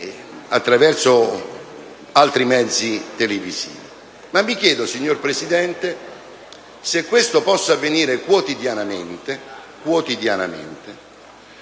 Mi chiedo però, signora Presidente, se questo possa avvenire quotidianamente